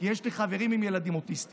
כי יש לי חברים עם ילדים אוטיסטים.